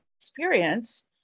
experience